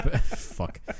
fuck